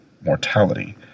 mortality—